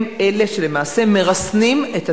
הם אלה שלמעשה מרסנים את עצמם,